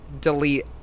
delete